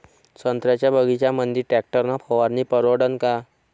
संत्र्याच्या बगीच्यामंदी टॅक्टर न फवारनी परवडन का?